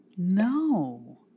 no